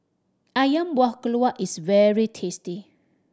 Ayam Buah Keluak is very tasty